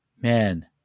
Man